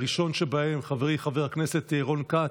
הראשון שבהם הוא חברי חבר הכנסת רון כץ,